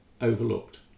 overlooked